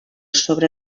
sobre